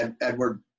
Edward